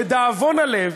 לדאבון הלב,